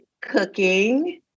cooking